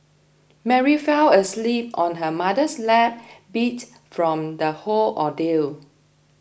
Mary fell asleep on her mother's lap beat from the whole ordeal